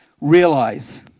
realize